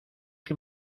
que